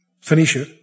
Phoenicia